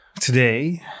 today